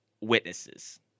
witnesses